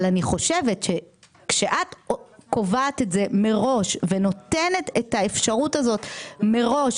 אבל אני חושבת שכשאת קובעת את זה מראש ונותנת את האפשרות הזאת מראש